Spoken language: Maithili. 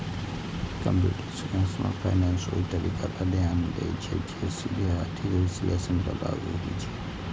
कंप्यूटेशनल फाइनेंस ओइ तरीका पर ध्यान दै छै, जे सीधे आर्थिक विश्लेषण पर लागू होइ छै